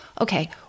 okay